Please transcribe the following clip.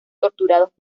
torturados